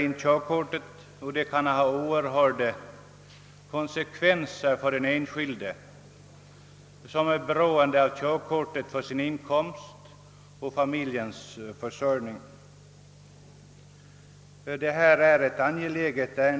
En körkortsindragning kan ju ha mycket långtgående konsekvenser för den enskilde, som måhända är beroende av körkortet för sin utkomst. Det kan alltså gälla en hel familjs försörjning.